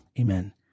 Amen